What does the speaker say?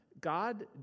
God